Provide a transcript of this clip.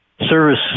Service